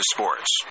Sports